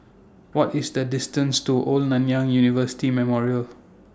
What IS The distance to Old Nanyang University Memorial